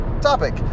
topic